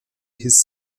his